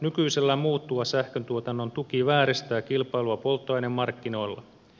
nykyisellään muuttuva sähköntuotannon tuki vääristää kilpailua polttoainemarkkinoilla